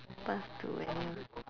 pass to any~